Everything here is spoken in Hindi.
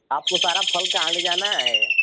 आपको सारे फल कहाँ ले जाने हैं